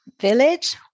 village